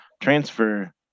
transfer